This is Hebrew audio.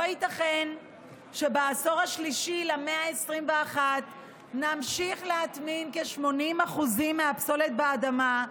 לא ייתכן שבעשור השלישי למאה ה-21 נמשיך להטמין כ-80% מהפסולת באדמה,